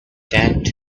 tent